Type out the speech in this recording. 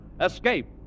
Escape